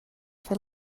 fer